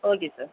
okay sir